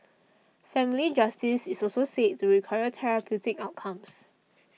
family justice is also said to require therapeutic outcomes